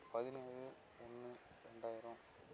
பதினேழு ஒன்று ரெண்டாயிரம்